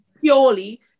purely